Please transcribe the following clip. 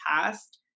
past